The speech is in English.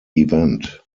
event